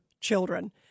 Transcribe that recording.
children